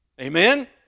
Amen